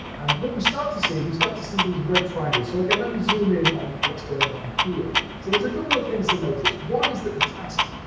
and what we start to see as we start to see these red triangles. so again, let me zoom in on what's going on here. so there's a couple of things to notice. one is that the task,